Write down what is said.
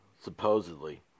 supposedly